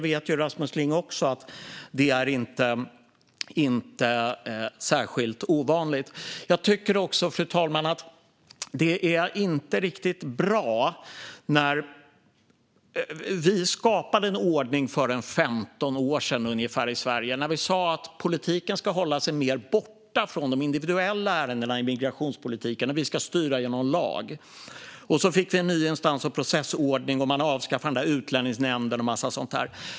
Det är inte särskilt ovanligt, och det vet också Rasmus Ling. Fru talman! Det är inte riktigt bra. För ungefär 15 år sedan skapade vi en ordning i Sverige. Vi sa att politiken ska hålla sig mer borta från de individuella ärendena i migrationspolitiken. Vi ska styra genom lag. Vi fick en ny instans och processordning, och man avskaffade Utlänningsnämnden och en massa sådant.